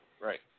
Right